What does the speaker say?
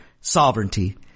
sovereignty